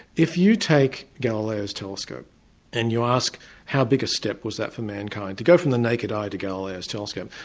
if you take galileo's telescope and you ask how big a step was that for mankind. to go from the naked eye to galileo's telescope,